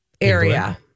area